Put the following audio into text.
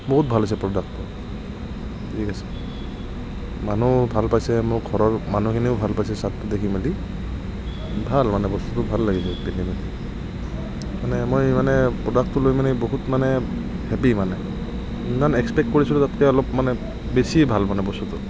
বহুত ভাল হৈছে প্ৰডাক্ট ঠিক আছে মানুহ ভাল পাইছে মোক ঘৰৰ মানুহখিনিয়েও ভাল পাইছে চাৰ্টটো দেখি মেলি ভাল মানে বস্তুটো ভাল লাগিছে পিন্ধিব মানে মই মানে প্ৰডাক্টটো লৈ মানে বহুত মানে হেপি মানে যিমান এক্সপেক্ট কৰিছিলোঁ তাতকৈ অলপ মানে বেছিয়ে ভাল মানে বস্তুটো